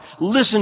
listen